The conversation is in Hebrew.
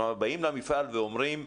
כלומר באים למפעל ואומרים: